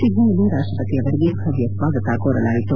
ಸಿಡ್ನಿಯಲ್ಲಿ ರಾಷ್ಟಪತಿ ಅವರಿಗೆ ಭವ್ಯ ಸ್ವಾಗತ ಕೋರಲಾಯಿತು